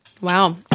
Wow